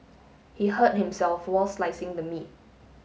he hurt himself while slicing the meat